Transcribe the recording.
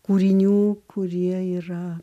kūrinių kurie yra